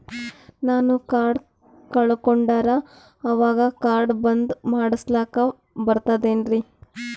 ನಾನು ಕಾರ್ಡ್ ಕಳಕೊಂಡರ ಅವಾಗ ಕಾರ್ಡ್ ಬಂದ್ ಮಾಡಸ್ಲಾಕ ಬರ್ತದೇನ್ರಿ?